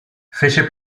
fece